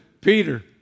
Peter